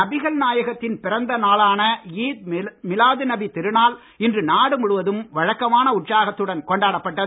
நபிகள் நாயகத்தின் பிறந்தநாளான ஈத் மிலாது நபி திருநாள் இன்று நாடு முழுவதும் வழக்கமான உற்சாகத்துடன் கொண்டாடப்பட்டது